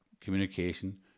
communication